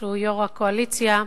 שהוא יושב-ראש הקואליציה,